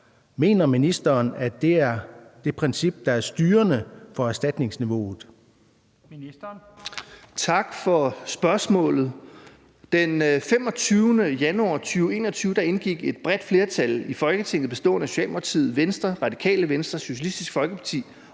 mener ministeren, at det princip er styrende for erstatningsniveauet?